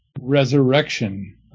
resurrection